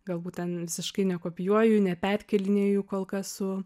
galbūt ten visiškai nekopijuoju neperkėlinėju kol kas su